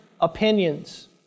opinions